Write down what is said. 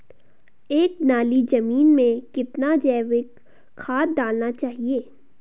एक नाली जमीन में कितना जैविक खाद डालना चाहिए?